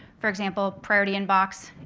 for example, priority inbox,